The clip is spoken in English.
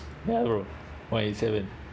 narrow one eight seven